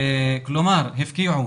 כלומר, הפקיעו